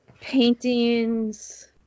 Paintings